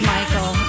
Michael